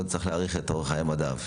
לא נצטרך להאריך את אורך חיי המדף,